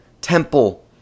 Temple